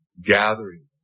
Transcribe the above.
gathering